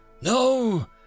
No